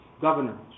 governor